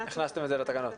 הכנסנו את זה לתקנות כאן.